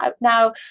now